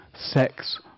Sex